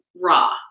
raw